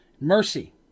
Mercy